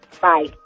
Bye